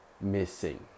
missing